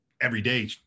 everyday